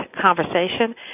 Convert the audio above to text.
conversation